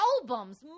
albums